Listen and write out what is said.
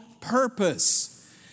purpose